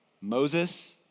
Moses